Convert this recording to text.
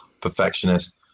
Perfectionist